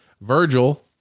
Virgil